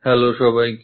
hello সবাইকে